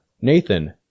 Nathan